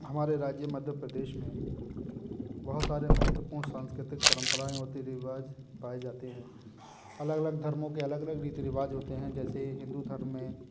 हमारे राज्य मध्य प्रदेश में बहोत सारे महत्वपूर्ण सांस्कृतिक परम्पराएँ और रीति रिवाज पाए जाते हैं अलग अलग धर्मों के अलग अलग रीति रिवाज होते हैं जैसे हिन्दू धर्म में